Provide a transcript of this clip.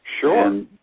Sure